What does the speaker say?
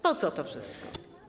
Po co to wszystko?